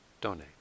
donate